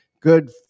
Good